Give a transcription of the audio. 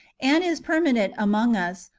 and is permanent among us,